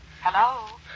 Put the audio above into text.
Hello